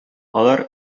алар